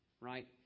right